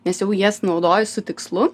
nes jau jas naudoju su tikslu